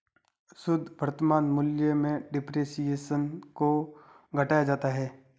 शुद्ध वर्तमान मूल्य में डेप्रिसिएशन को घटाया जाता है